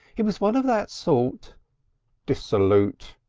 he was one of that sort dissolute?